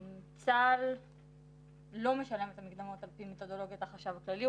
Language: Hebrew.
צה"ל לא משלם את המקדמות על פי מתודלוגיית החשב הכללי,